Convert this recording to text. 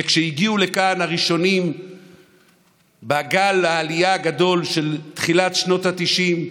כשהגיעו לכאן הראשונים בגל העלייה הגדול של תחילת שנות התשעים,